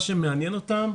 זה מה שמעניין אותם.